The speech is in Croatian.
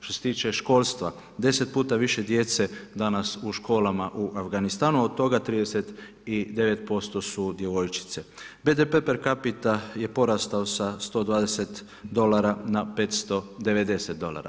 Što se tiče školstva, 10 puta više djece danas je u školama u Afganistanu, od toga 39% su djevojčice PDB-e per capita je porastao sa 120 dolara na 590 dolara.